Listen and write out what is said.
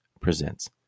presents